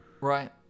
Right